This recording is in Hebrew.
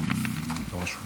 אדוני היושב-ראש,